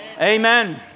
Amen